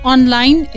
Online